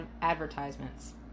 advertisements